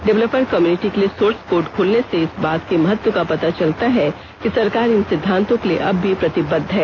developer community के लिए source code खुलने से इस बात के महत्व का पता चलता है कि सरकार इन सिद्वांतों के लिए अब भी प्रतिबद्ध है